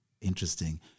interesting